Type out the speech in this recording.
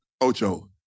Ocho